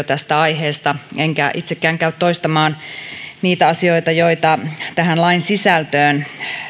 tästä aiheesta enkä itsekään käy toistamaan niitä asioita joita liittyy tähän lain sisältöön